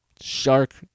shark